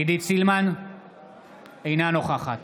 אינה נוכחת